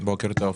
בוקר טוב.